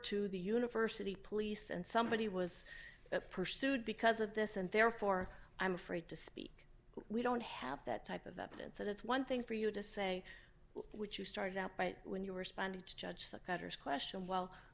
to the university police and somebody was pursued because of this and therefore i'm afraid to speak we don't have that type of evidence and it's one thing for you to say what you started out by when you were sponsored to judge the cutter's question well